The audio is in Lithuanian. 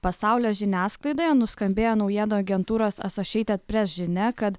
pasaulio žiniasklaidoje nuskambėjo naujienų agentūros associated press žinia kad